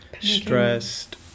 stressed